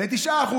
ל-9%.